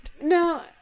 no